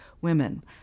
women